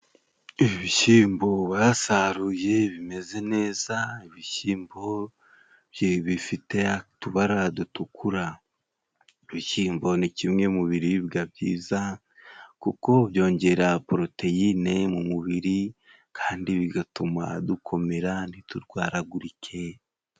Ibishyimbo basaruye bimeze neza, ibishyimbo bifite utubara dutukura. Ibishyimbo ni kimwe mu biribwa byiza kuko byongera poroteyine mu mubiri, kandi bigatuma dukomera ntiturwaragurike.